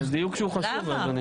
זה דיוק שהוא חשוב אדוני.